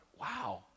wow